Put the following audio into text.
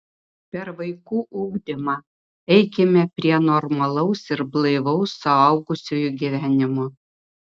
per vaikų ugdymą eikime prie normalaus ir blaivaus suaugusiųjų gyvenimo